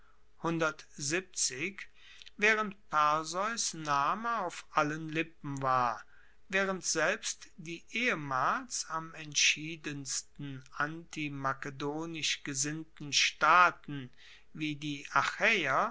waehrend perseus name auf allen lippen war waehrend selbst die ehemals am entschiedensten antimakedonisch gesinnten staaten wie die